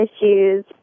issues